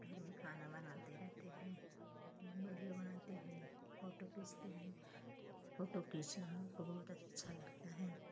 घर में खाना बनाते रहते हैं अपना बिडियो बनाते हैं फ़ोटो खींचते हैं फ़ोटो खींचना हमको बहुत अच्छा लगता है